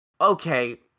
okay